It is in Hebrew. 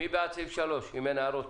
מי בעד סעיף 3, אם אין הערות.